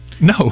No